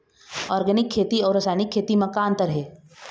Organic खेती अउ रासायनिक खेती म का अंतर हे?